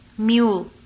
Mule